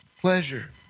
pleasure